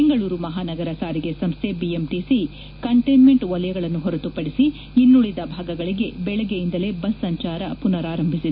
ಬೆಂಗಳೂರು ಮಹಾನಗರ ಸಾರಿಗೆ ಸಂಸ್ದೆ ಬಿಎಂಟಿಸಿ ಕಂಟ್ವೆನ್ಮೆಂಟ್ ವಲಯಗಳನ್ನು ಹೊರತುಪಡಿಸಿ ಇನ್ನುಳಿದ ಭಾಗಗಳಿಗೆ ಬೆಳಗ್ಗೆಯಿಂದಲೇ ಬಸ್ ಸಂಚಾರ ಪುನಾರಂಭಿಸಿದೆ